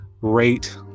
rate